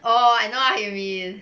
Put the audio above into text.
oh I know what you mean